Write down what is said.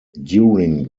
during